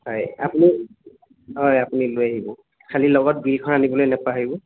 হয় আপুনি হয় আপুনি লৈ আহিব খালী লগত বিলখন আনিবলৈ নাপাহৰিব